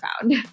found